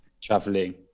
traveling